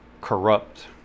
Corrupt